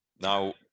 Now